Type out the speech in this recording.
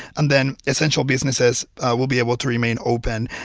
and then essential businesses will be able to remain open.